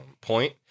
point